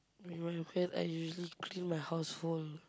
in my weekends I usually clean my household